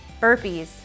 burpees